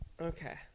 Okay